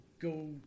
go